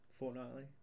Fortnightly